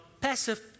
passive